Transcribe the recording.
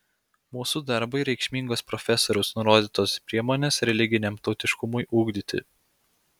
mūsų darbui reikšmingos profesoriaus nurodytos priemonės religiniam tautiškumui ugdyti